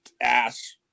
ass